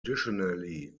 additionally